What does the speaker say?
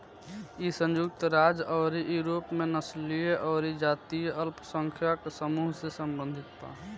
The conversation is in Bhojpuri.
इ संयुक्त राज्य अउरी यूरोप में नस्लीय अउरी जातीय अल्पसंख्यक समूह से सम्बंधित बा